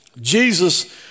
Jesus